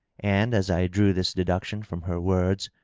and as i drew this deduction from her words,